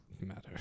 matter